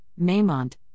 Maymont